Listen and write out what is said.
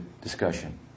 discussion